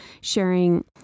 sharing